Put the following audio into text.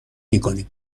میکنیم